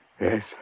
Yes